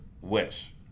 wish